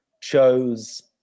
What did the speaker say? chose